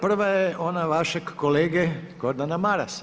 Prva je onog vašeg kolege Gordana Marasa.